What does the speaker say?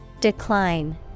Decline